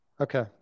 Okay